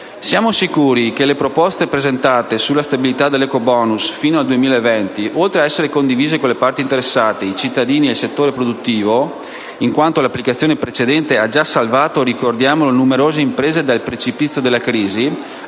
Siamo sicuri che le proposte presentate sulla stabilità dell'ecobonus fino al 2020, oltre ad essere condivise con le parti interessate, i cittadini e il settore produttivo, in quanto l'applicazione precedente ha già salvato numerose imprese dal precipizio della crisi,